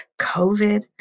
COVID